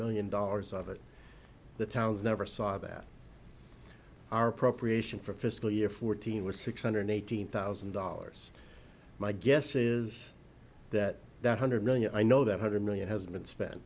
million dollars of it the town's never saw that our appropriation for fiscal year fourteen was six hundred eighteen thousand dollars my guess is that that hundred million i know that hundred million has been spent